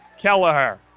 Kelleher